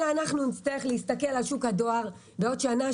אלא אנחנו נצטרך להסתכל על שוק הדואר בעוד שנה,